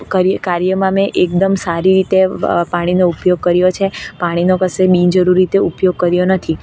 કરી કાર્યમાં મે એકદમ સારી રીતે પાણીનો ઉપયોગ કર્યો છે પાણીનો કશે બીનજરૂરી રીતે ઉપયોગ કર્યો નથી